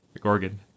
Gorgon